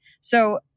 So-